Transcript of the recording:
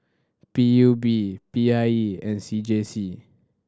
P U B P I E and C J C